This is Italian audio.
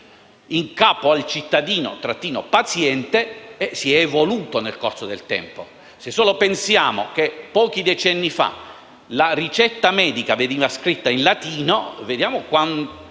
in capo al cittadino-paziente si sono evoluti nel corso del tempo. Se solo pensiamo che pochi decenni fa la ricetta medica veniva scritta in latino, vediamo quanta